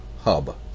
hub